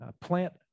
plant